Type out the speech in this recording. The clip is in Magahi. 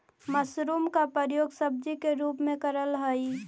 मशरूम का प्रयोग सब्जी के रूप में करल हई